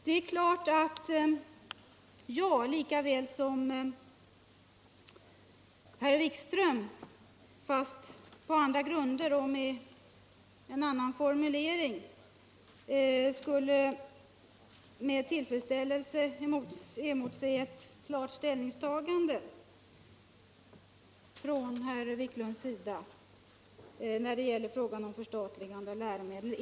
Det är klart att jag lika väl som herr Wikström, fast på andra grunder och med en annan formulering, med tillfredsställelse skulle emotse ett klart ställningstagande från herr Wiklunds sida när det gäller frågan om förstatligande av läromedel.